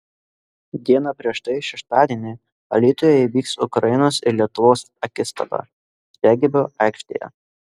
diena prieš tai šeštadienį alytuje įvyks ukrainos ir lietuvos akistata regbio aikštėje